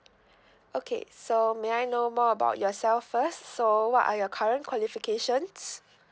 okay so may I know more about yourself first so what are your current qualifications